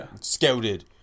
scouted